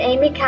Amy